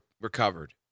recovered